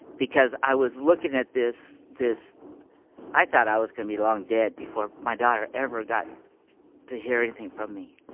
because i was looking at this, this i thought i was going to be long dead before my daughter ever got to hear anything from me